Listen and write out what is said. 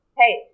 hey